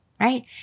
right